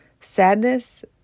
sadness